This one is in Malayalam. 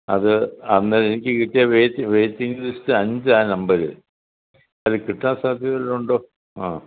അത് അന്ന് എനിക്ക് കിട്ടിയ വേയ്റ്റ് വേയിറ്റിങ്ങ് ലിസ്റ്റ് അഞ്ചാണ് നമ്പർ അത് കിട്ടാൻ സാധ്യത വല്ലതും ഉണ്ടോ ആ